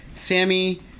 Sammy